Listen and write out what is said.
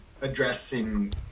addressing